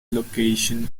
location